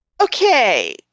Okay